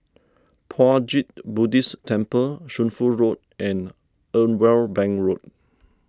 Puat Jit Buddhist Temple Shunfu Road and Irwell Bank Road